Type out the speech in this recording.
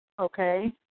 Okay